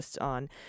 on